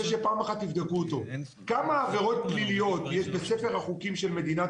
שתבדקו אותו: כמה עבירות פליליות יש בספר החוקים של מדינת